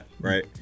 right